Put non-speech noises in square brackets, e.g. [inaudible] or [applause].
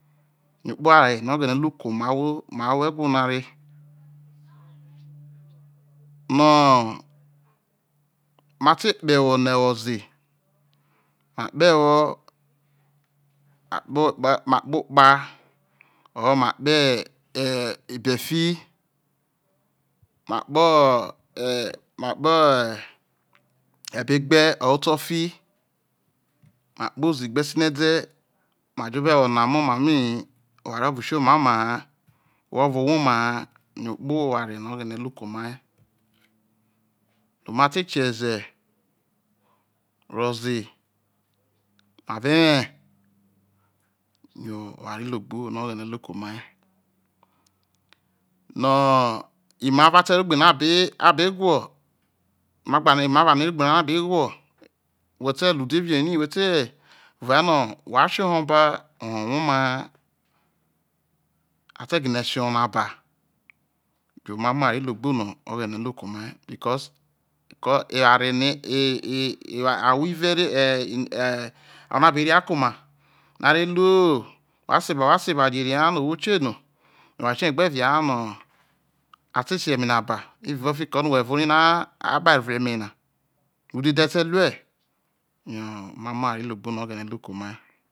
Yo okpoware no oghene oru ke̱ omai ahwo ewho nare, no ma te kpoho ewo no ewo ze, ma kpoho ewo ma kpokpa, or ma kpoho ee efi, makpoho ee makpoho̱ ebe gbe or o to fi ma kpozi gbe sinede ma je̱ ewo nawo omom ma mai hi, oware ovo si omai oma ha, ohwo ovo nwa oma ha, ya okpoware no oghene o ru ke̱ omai, no mate kieze rowo ze, ma be we, yo oware ulogbo no oghene oru ke̱ omai, no imav a te rro ogbe no̱ abi abi who imava no a rro ogbe no a be who whe̱ te ruo udhedie rai whe̱ te uvai no̱ whaseba oho woma ha, a te gine sio oho na ba yo omamo oware ulogbo no oghene ru ke omai. Because eware ne ee [hesitation] ashwo lue [hesitation] amava be rria kuoma no a re ru wha se ba wha seba wha je rri ha ano ohwo kie no oware tioye gbe via ha no a te sio eme na ba evao fiki no whe vue rai no a kpoivro vre eme yena, udhe dhe te rue, yo omamo oware logbo no oghene oru ke̱ omai